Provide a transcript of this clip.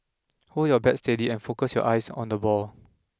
hold your bat steady and focus your eyes on the ball